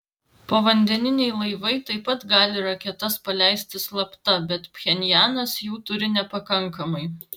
povandeniniai laivai taip pat gali raketas paleisti slapta bet pchenjanas jų turi nepakankamai